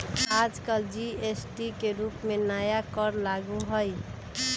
आजकल जी.एस.टी के रूप में नया कर लागू हई